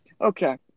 Okay